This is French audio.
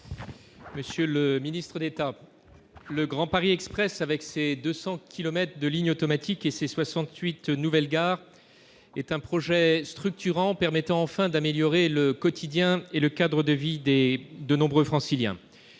Monsieur le Ministre d'État, le Grand Paris Express avec ses 200 kilomètres de lignes automatiques et ses 68 nouvelles gares est un projet structurant permettant enfin d'améliorer le quotidien et le cadre de vider de nombreux franciliens,